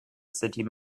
city